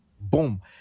boom